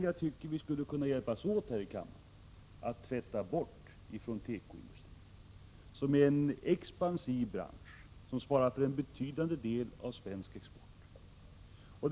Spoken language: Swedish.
Jag tycker vi skall hjälpas åt här i kammaren att tvätta bort den stämpeln från tekoindustrin, som är en expansiv bransch och som svarar för en betydande del av svensk export.